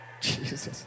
Jesus